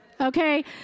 Okay